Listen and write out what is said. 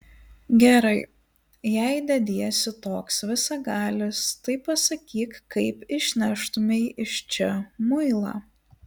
gerai jei dediesi toks visagalis tai pasakyk kaip išneštumei iš čia muilą